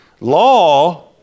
law